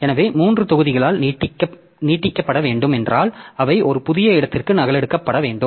எனவே மூன்று தொகுதிகளால் நீட்டிக்கப்பட வேண்டும் என்றால் அவை ஒரு புதிய இடத்திற்கு நகலெடுக்கப்பட வேண்டும்